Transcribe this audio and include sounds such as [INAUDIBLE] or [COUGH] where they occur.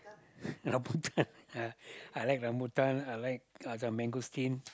[LAUGHS] rambutan I like rambutan I like uh the mangosteen